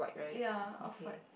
ya off white